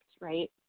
right